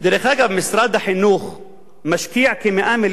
משרד החינוך משקיע כ-100 מיליון שקלים,